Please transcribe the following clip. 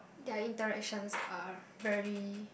their interactions are very